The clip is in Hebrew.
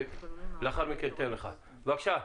בבקשה.